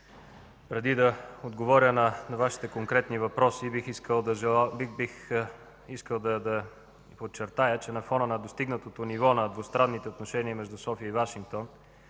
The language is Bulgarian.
преди да отговоря на Вашите конкретни въпроси, бих искал да подчертая, че на фона на достигнатото ниво на двустранните отношения между София и Вашингтон,